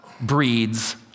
breeds